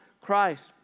Christ